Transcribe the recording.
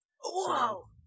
Whoa